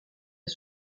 est